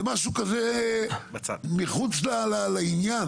זה משהו כזה מחוץ לעניין.